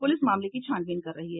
police मामले की छानबीन कर रही है